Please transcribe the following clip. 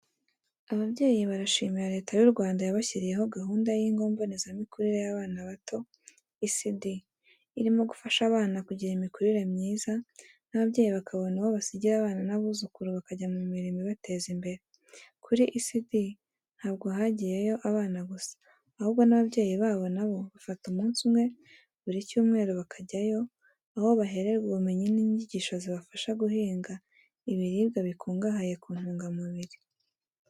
Ababyeyi barashimira Leta y’u Rwanda yabashyiriyeho gahunda y’ingo mbonezamikurire y’abana bato (ECD), irimo gufasha abana kugira imikurire myiza, n’ababyeyi bakabona uwo basigira abana n’abuzukuru bakajya mu mirimo ibateza imbere. Kuri ECD, ntabwo hagiyeyo abana gusa, ahubwo ababyeyi babo na bo bafata umunsi umwe buri cyumweru bakajyayo, aho bahererwa ubumenyi n’inyigisho zibafasha guhinga ibiribwa bikungahaye ku ntungamubiri.